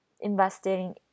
investing